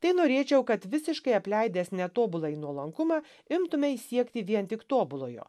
tai norėčiau kad visiškai apleidęs netobuląjį nuolankumą imtumeis siekti vien tik tobulojo